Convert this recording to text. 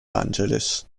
angeles